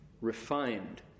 refined